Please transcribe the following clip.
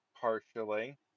Partially